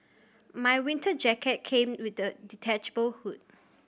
my winter jacket came with a detachable hood